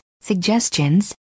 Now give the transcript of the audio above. suggestions